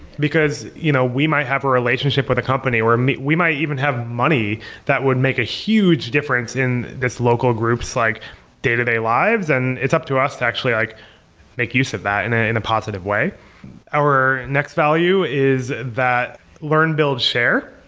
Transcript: because you know we might have a relationship with a company, or we might even have money that would make a huge difference in this local group's like day-to-day lives. and it's up to us to actually like make use of that in a in a positive way our next value is that learn, build, share,